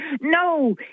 no